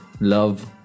love